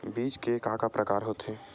बीज के का का प्रकार होथे?